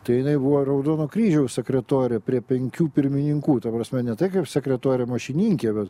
tai jinai buvo raudono kryžiaus sekretorė prie penkių pirmininkų ta prasme ne taip kaip sekretorė mašininkė bet